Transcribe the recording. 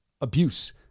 abuse